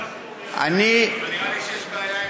אבל נראה לי שיש בעיה עם,